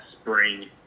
spring